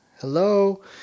hello